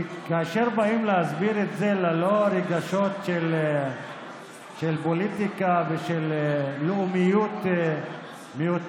כי כאשר באים להסביר את זה ללא רגשות של פוליטיקה ושל לאומיות מיותרת,